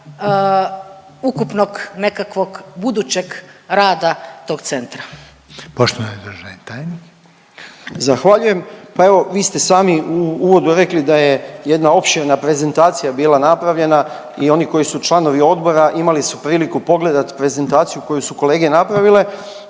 ukupnog nekakvog budućeg rada tog centra? **Reiner, Željko (HDZ)** Poštovani državni tajnik. **Nekić, Darko** Zahvaljujem. Pa evo vi ste sami u uvodu rekli da je jedna opširna prezentacija bila napravljena i oni koji su članovi odbora imali su priliku pogledat prezentaciju koju su kolete napravile.